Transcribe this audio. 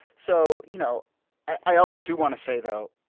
so you know i also do want to say, though,